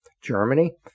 Germany